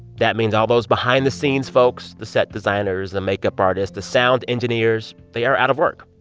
that means all those behind-the-scenes folks the set designers, the makeup artists, the sound engineers they are out of work.